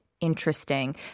interesting